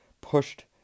pushed